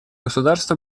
государств